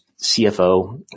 CFO